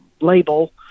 label